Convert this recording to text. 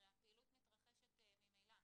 הרי הפעילות מתרחשת ממילא.